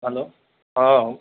hello हँ